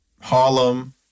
Harlem